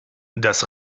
das